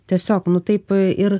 tiesiog nu taip ir